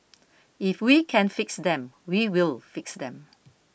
if we can fix them we will fix them